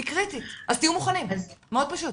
היא קריטית, אז תהיו מוכנים, מאוד פשוט.